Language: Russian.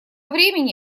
времени